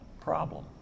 problem